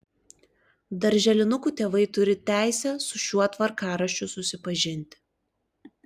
darželinukų tėvai turi teisę su šiuo tvarkaraščiu susipažinti